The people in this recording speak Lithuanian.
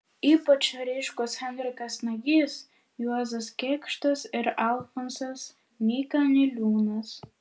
ypač ryškūs henrikas nagys juozas kėkštas ir alfonsas nyka niliūnas